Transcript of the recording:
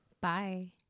Bye